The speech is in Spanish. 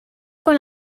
con